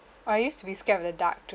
oh I used to be scared of the dark too